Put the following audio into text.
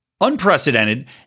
Unprecedented